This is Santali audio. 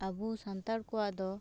ᱟᱵᱚ ᱥᱟᱱᱛᱟᱲ ᱠᱚᱣᱟᱜ ᱫᱚ